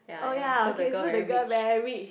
oh ya okay so the girl very rich